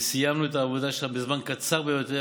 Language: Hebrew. וסיימנו את העבודה בזמן קצר ביותר.